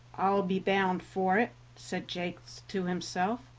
i'll be bound for it, said jakes to himself